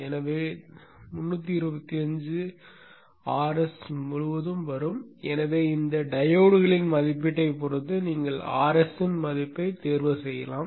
எனவே 325 Rs முழுவதும் வரும் எனவே இந்த டையோட்களின் மதிப்பீட்டைப் பொறுத்து நீங்கள் Rs மதிப்பைத் தேர்வு செய்யலாம்